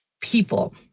people